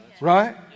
Right